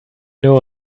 know